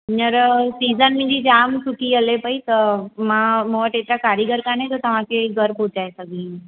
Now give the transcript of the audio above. हींअर सीजन मुंहिंजी जाम सुठी हले पेई त मां मूं वटि एतिरा कारीगरु कान्हे त तव्हांखे घरि पहुचाए सघे